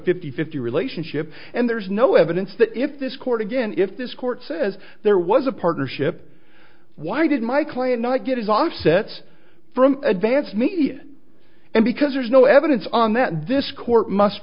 fifty fifty relationship and there's no evidence that if this court again if this court says there was a partnership why did my client not get his offsets from advance media and because there's no evidence on that this court must